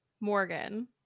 Morgan